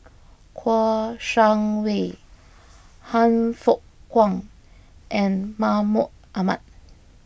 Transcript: Kouo Shang Wei Han Fook Kwang and Mahmud Ahmad